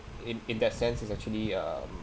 in in that sense it's actually um